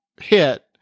hit